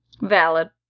Valid